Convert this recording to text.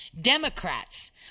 Democrats